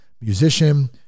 musician